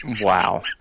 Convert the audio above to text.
Wow